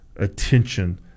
attention